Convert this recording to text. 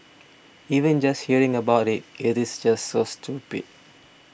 even just hearing about it it is just so stupid